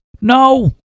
No